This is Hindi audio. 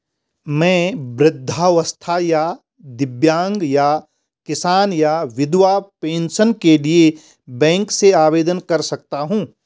मैं वृद्धावस्था या दिव्यांग या किसान या विधवा पेंशन के लिए बैंक से आवेदन कर सकता हूँ?